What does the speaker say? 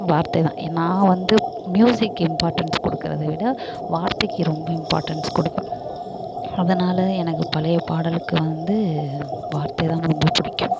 வார்த்தை தான் நான் வந்து மியூசிக்கு இம்பார்ட்டன்ஸ் கொடுக்கறதவிட வார்த்தைக்கு ரொம்ப இம்பார்ட்டன்ஸ் கொடுப்பேன் அதனால் எனக்கு பழைய பாடலுக்கு வந்து வார்த்தை தான் ரொம்ப பிடிக்கும்